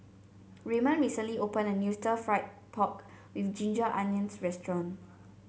Raymond recently opened a new Stir Fried Pork with Ginger Onions restaurant